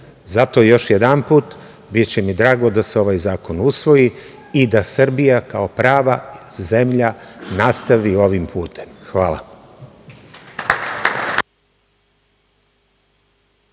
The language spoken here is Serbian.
još jednom, biće mi drago da se ovaj zakon usvoji i da Srbija kao prava zemlja nastavi ovim putem. Hvala.